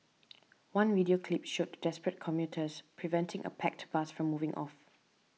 one video clip showed desperate commuters preventing a packed bus from moving off